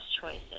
choices